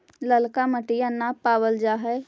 ललका मिटीया न पाबल जा है?